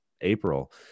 april